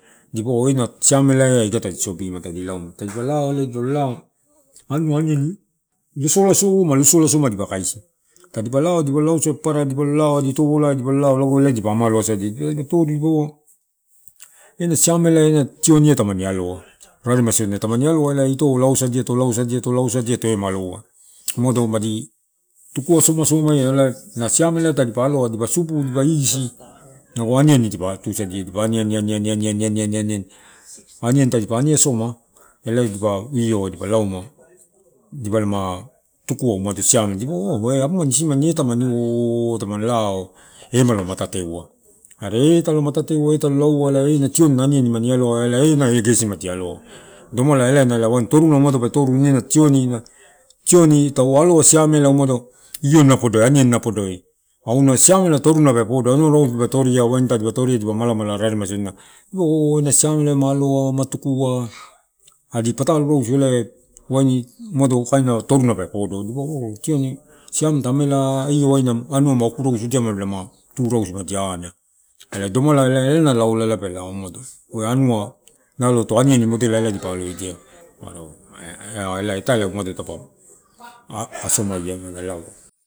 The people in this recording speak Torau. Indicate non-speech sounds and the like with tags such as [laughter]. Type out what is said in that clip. Dipaua ina siamela tadi sobimu tadi lauma. Tadipa lao ela dipole lao anua aniani losolasoma dipa kaisi tadipa lao, tadipalo laosai dipole lao, lago ela dipa amaloasadia dipa toru dipaua ena siamela eh ena tioni tamani aloa raremaisodina, tamani aloa ito lausadiato lausadiiato ausadiato eh maloua umado madi tuku aso asomeui ela na siamela tadipa aloa dipa subu dipa isi lago aniani dipa tusadia. Dipa ani, ani, ani, ani, ani tadipa ani asoma ela dipa io wai dipa lauma dipalama tukua siamela dipaua oh- eh anuaisiman tamani eh- na- tamuni lao eh talo laua ena tioni ena aniani tamani aloina eh ena lo gesi di aloina, domala ela na ela tioni, tioni tau aloa siamela umado io aniani podoi ana siamela torunu pe podo anua rausu dipa toria wain tadipa, toria dipa malamala raresodina eh ena siamela eh ma aloa ma tukua, adipatalo rausu ela waini umado kaina toruna pe podo. Tioni siamela ta amela io waina anua ma-oku rausudiama madilama tu rausu madi ana ela domalae ena laula pe lao umado eh anua nolo ato aniani modela ela dipa alodia [unintelligible] ela italaiumane somaia.